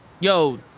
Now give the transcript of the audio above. Yo